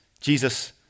Jesus